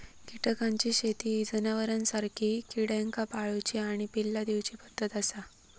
कीटकांची शेती ही जनावरांसारखी किड्यांका पाळूची आणि पिल्ला दिवची पद्धत आसा